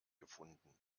gefunden